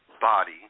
body